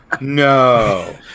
No